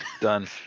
Done